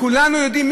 כולנו יודעים,